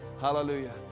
Hallelujah